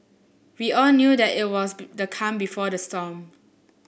we all knew that it was the calm before the storm